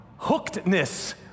hookedness